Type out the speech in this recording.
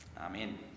amen